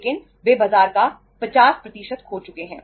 लेकिन वे बाजार का 50 खो चुके हैं